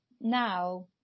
now